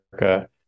America